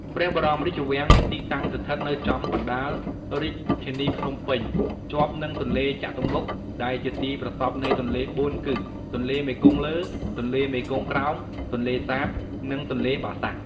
ព្រះបរមរាជវាំងមានទីតាំងស្ថិតនៅចំកណ្ដាល រាជធានីភ្នំពេញ ជាប់នឹងទន្លេចតុមុខ ដែលជាទីប្រសព្វនៃទន្លេបួនគឺ ទន្លេមេគង្គលើ ទន្លេមេគង្គក្រោម ទន្លេសាប និងទន្លេបាសាក់។